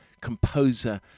composer